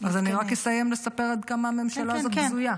אז אני רק אסיים לספר עד כמה הממשלה הזאת בזויה.